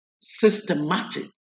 systematic